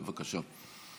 בבקשה.